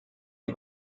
die